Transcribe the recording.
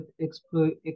exploit